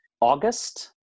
August